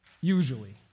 Usually